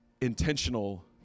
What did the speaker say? intentional